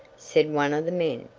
said one of the men.